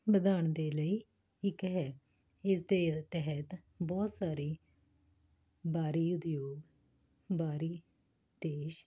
ਵਧਾਉਣ ਦੇ ਲਈ ਇੱਕ ਹੈ ਇਸ ਦੇ ਤਹਿਤ ਬਹੁਤ ਸਾਰੀ ਬਾਹਰੀ ਉਦਯੋਗ ਬਾਹਰੀ ਦੇਸ਼